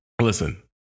Listen